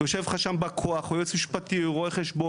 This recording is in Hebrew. יושב לך שם בא כוח, או יועץ משפטי, או רואה חשבון.